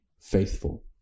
faithful